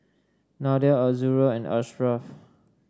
Nadia Azura and Ashraff